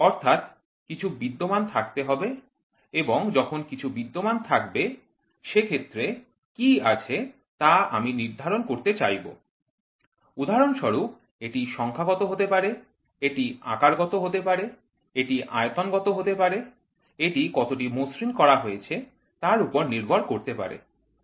অর্থাৎ কিছু বিদ্যমান থাকতে হবে এবং যখন কিছু বিদ্যমান থাকবে সে ক্ষেত্রে কি আছে তা আমি নির্ধারণ করতে চাইব উদাহরণস্বরূপ এটি সংখ্যাগত হতে পারে এটি আকারগত হতে পারে এটি আয়তনগত হতে পারে এটি কতটি মসৃণ করা হয়েছে তার উপরে নির্ভর করতে পারে